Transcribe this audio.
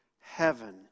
heaven